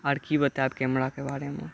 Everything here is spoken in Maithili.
आर की बतायब कैमरा के बारे मे